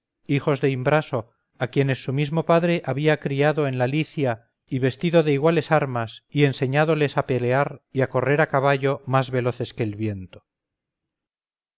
hijos de imbraso a quienes su mismo padre había criado en la licia y vestido de iguales armas y enseñándoles a pelear y a correr a caballo más veloces que el viento